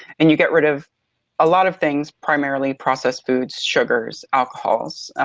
and you get rid of a lot of things, primarily processed foods, sugars, alcohols.